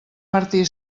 martí